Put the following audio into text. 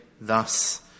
thus